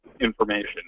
information